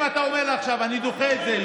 אם אתה אומר לי עכשיו: אני דוחה את זה,